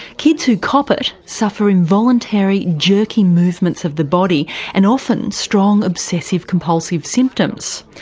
kids who cop it suffer involuntary jerky movements of the body and often strong obsessive compulsive symptoms.